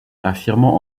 affirmant